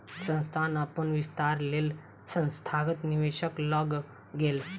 संस्थान अपन विस्तारक लेल संस्थागत निवेशक लग गेल